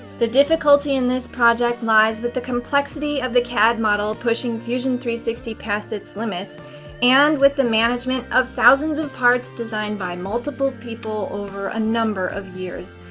the difficulty in this project lies with the complexity of the cad model pushing fusion three hundred past its limits and with the management of thousands of parts designed by multiple people over a number of years,